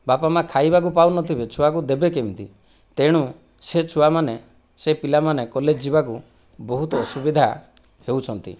ବାପା ମା' ଖାଇବାକୁ ପାଉନଥିବେ ଛୁଆକୁ ଦେବେ କେମିତି ତେଣୁ ସେ ଛୁଆମାନେ ସେ ପିଲାମାନେ କଲେଜ ଯିବାକୁ ବହୁତ ଅସୁବିଧା ହେଉଛନ୍ତି